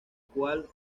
cual